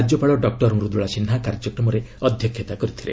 ରାଜ୍ୟପାଳ ଡକ୍କର ମୃଦ୍ଦୁଳା ସିହ୍ନା କାର୍ଯ୍ୟକ୍ରମରେ ଅଧ୍ୟକ୍ଷତା କରିଥିଲେ